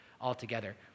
altogether